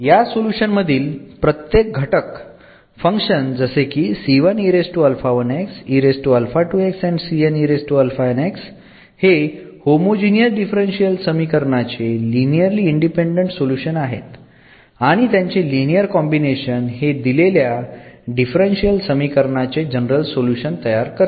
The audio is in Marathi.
या सोल्युशन मधील प्रत्येक घटक फंक्शन जसे की हे होमोजीनियस डिफरन्शियल समीकरण चे लिनियरअली इंडिपेंडंट सोल्युशन आहेत आणि त्यांचे लिनियर कॉम्बिनेशन हे दिलेल्या डिफरन्शियल समीकरण चे जनरल सोल्युशन तयार करते